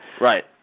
Right